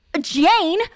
Jane